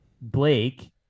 Blake